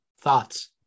Thoughts